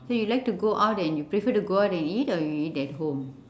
so you like to go out and you prefer to go out and eat or you eat at home